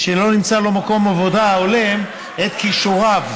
ושלא נמצא לו מקום עבודה ההולם את כישוריו